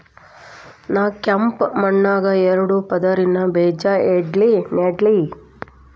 ನಾ ಕೆಂಪ್ ಮಣ್ಣಾಗ ಎರಡು ಪದರಿನ ಬೇಜಾ ನೆಡ್ಲಿ?